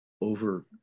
over